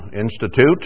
institute